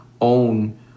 own